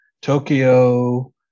Tokyo